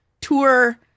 tour